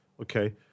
Okay